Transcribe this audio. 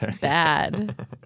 bad